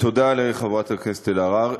תודה לחברת הכנסת אלהרר.